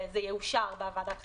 זה יאושר בוועדת חריגים.